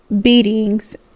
beatings